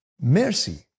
mercy